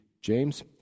James